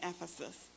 Ephesus